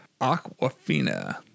aquafina